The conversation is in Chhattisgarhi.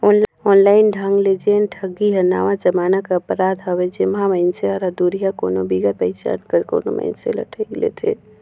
ऑनलाइन ढंग ले जेन ठगी हर नावा जमाना कर अपराध हवे जेम्हां मइनसे हर दुरिहां कोनो बिगर पहिचान कर कोनो मइनसे ल ठइग लेथे